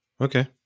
Okay